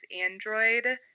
android